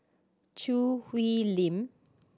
Choo Hwee Lim